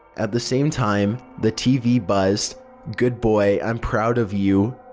at the same time the tv buzzed good boy, i'm proud of you.